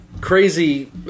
crazy